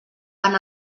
van